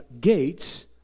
Gates